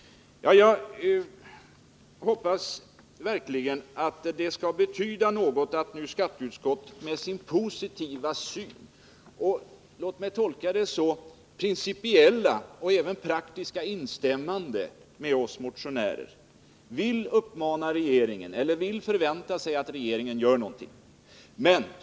Jag hoppas verkligen att det skall betyda något att skatteutskottet nu har en positiv syn på detta och — låt mig tolka det så — kommer med ett principiellt och även praktiskt instämmande i vad vi motionärer anför.